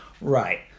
Right